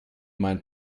mein